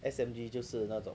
S_M_G 就是那种